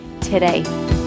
today